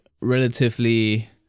relatively